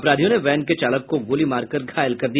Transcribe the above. अपराधियों ने वैन के चालक को गोली मारकर घायल कर दिया